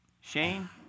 Shane